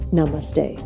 Namaste